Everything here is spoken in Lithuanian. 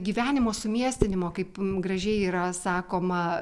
gyvenimo sumiestinimo kaip gražiai yra sakoma